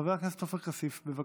חבר הכנסת אמיר אוחנה, אינו